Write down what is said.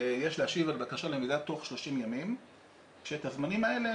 שיש להשיב על בקשה למידע תוך 30 ימים כשאת הזמנים האלה